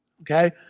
Okay